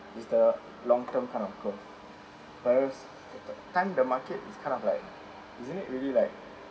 it's the long term kind of but is time the market is kind of like is it really like